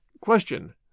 Question